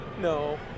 No